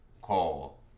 call